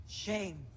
Shame